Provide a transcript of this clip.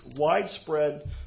widespread